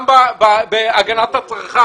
גם בהגנת הצרכן,